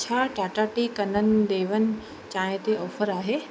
छा टाटा टी कनन देवन चांय ते ऑफर आहे